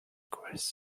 chris